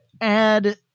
add